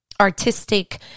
artistic